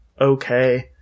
okay